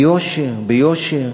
ביושר, ביושר,